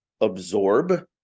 absorb